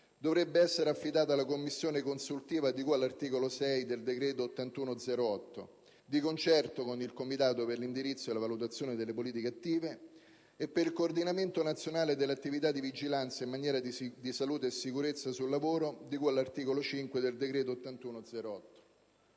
dovrebbe essere affidato alla Commissione consultiva di cui all'articolo 6 del decreto n. 81 del 2008, di concerto con il Comitato per l'indirizzo e la valutazione delle politiche attive e per il coordinamento nazionale dell'attività di vigilanza in materia di salute e sicurezza sul lavoro di cui all'articolo 5 dello